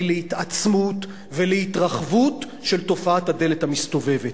להתעצמות ולהתרחבות של תופעת הדלת המסתובבת,